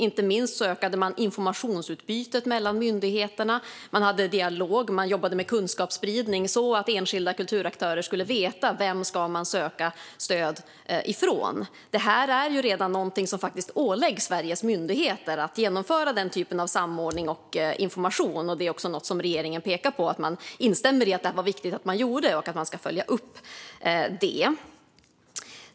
Inte minst ökade man informationsutbytet mellan myndigheterna. Man hade dialog och jobbade med kunskapsspridning så att enskilda kulturaktörer skulle veta vem de skulle söka stöd från. Det åligger faktiskt redan nu Sveriges myndigheter att genomföra den typen av samordning och information. Regeringen instämmer i att det är viktigt att det arbetet gjordes och att det ska följas upp.